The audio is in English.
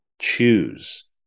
Choose